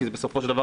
כי זה בסופו של דבר,